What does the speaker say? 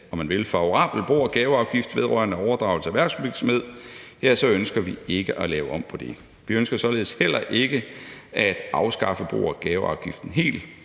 om man vil, favorabel bo- og gaveafgift vedrørende overdragelse af erhvervsvirksomhed, så ønsker vi ikke at lave om på det. Vi ønsker således heller ikke at afskaffe bo- og gaveafgiften helt.